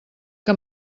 que